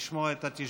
לשמוע את התשבחות.